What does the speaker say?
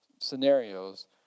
scenarios